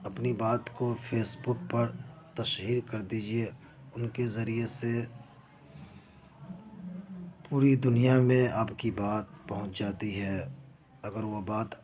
اپنی بات کو فیس بک پر تشہیر کر دیجیے ان کے ذریعے سے پوری دنیا میں آپ کی بات پہنچ جاتی ہے اگر وہ بات